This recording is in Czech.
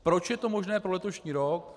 Proč je to možné pro letošní rok.